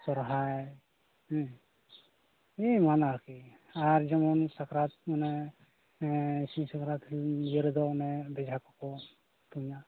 ᱥᱚᱦᱨᱟᱭ ᱦᱮᱸ ᱮᱢᱟᱱ ᱟᱨᱠᱤ ᱟᱨ ᱡᱮᱢᱚᱱ ᱥᱟᱠᱨᱟᱛ ᱚᱱᱮ ᱥᱤᱧ ᱥᱟᱠᱨᱟᱛ ᱤᱭᱟᱹ ᱨᱮᱫᱚ ᱚᱱᱮ ᱵᱮᱡᱷᱟ ᱠᱚ ᱠᱚ ᱛᱩᱧᱟ